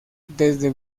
desde